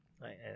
Right